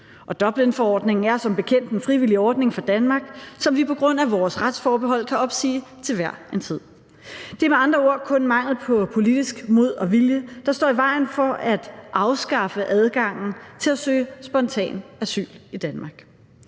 og Dublinforordningen er som bekendt en frivillig ordning for Danmark, som vi på grund af vores retsforbehold kan opsige til hver en tid. Det er med andre ord kun mangel på politisk mod og vilje, der står i vejen for at afskaffe adgangen til at søge spontant asyl i Danmark.